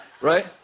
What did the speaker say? right